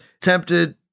tempted